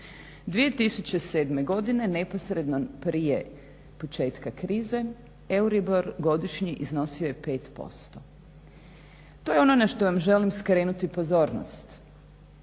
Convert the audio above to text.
2007. godine neposredno prije početka krize euribor godišnji iznosio je 5%. To je ono na što vam želim skrenuti pozornost.